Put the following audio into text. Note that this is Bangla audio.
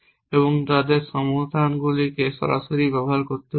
এবং তাদের সমাধানগুলি সরাসরি ব্যবহার করতে পারেন